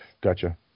Gotcha